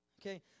Okay